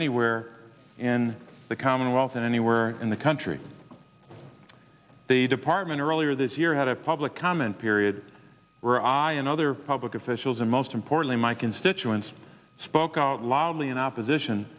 anywhere in the commonwealth and anywhere in the country the department earlier this year had a public comment period where i and other public officials and most importantly my constituents spoke out loudly in opposition